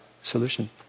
Solution